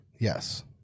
Yes